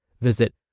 Visit